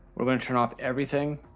we're going to turn off everything.